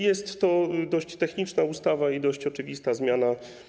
Jest to dość techniczna ustawa i dość oczywista zmiana.